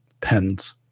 pens